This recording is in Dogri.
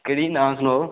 केह्ड़ी नांऽ सनाओ